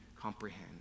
comprehend